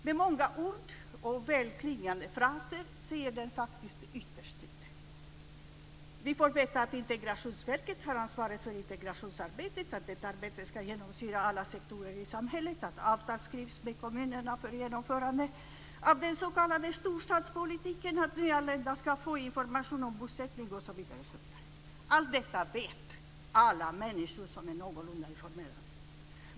Med många ord och väl klingande fraser säger det faktiskt ytterst lite. Vi får veta att Integrationsverket har ansvaret för integrationsarbetet, att detta arbete ska genomsyra alla sektorer i samhället, att avtal skrivs med kommunerna för genomförande av den s.k. storstadspolitiken, att nyanlända ska få information om bosättning, osv. Allt detta vet alla människor som är någorlunda informerade.